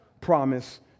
promise